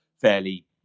fairly